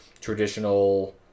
traditional